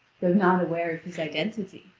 though not aware of his identity.